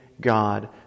God